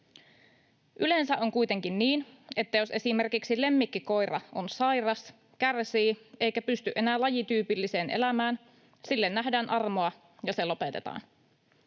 Yleensä on kuitenkin niin, että jos esimerkiksi lemmikkikoira on sairas, kärsii eikä pysty enää lajityypilliseen elämään, sille nähdään armoa ja se lopetetaan.